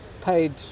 paid